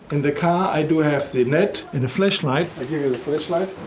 in the car i do have the net. and the flashlight. i do have the flashlight.